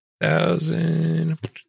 Thousand